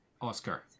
Oscar